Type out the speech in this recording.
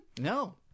No